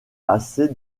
assez